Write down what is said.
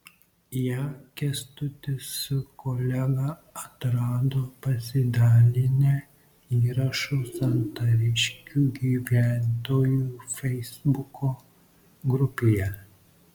ją kęstutis su kolega atrado pasidalinę įrašu santariškių gyventojų feisbuko grupėje